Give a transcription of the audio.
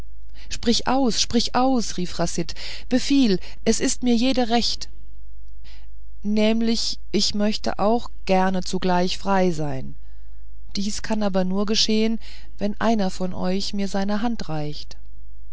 sprich aus sprich aus schrie chasid befiehl es ist mir jede recht nämlich ich möchte auch gerne zugleich frei sein dies kann aber nur geschehen wenn einer von euch mir seine hand reicht